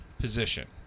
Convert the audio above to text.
position